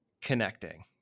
connecting